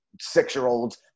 six-year-olds